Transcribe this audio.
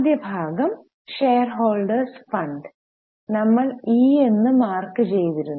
ആദ്യ ഭാഗം shareholders fund നമ്മൾ ഇ എന്ന് മാർക്ക് ചെയ്തിരുന്നു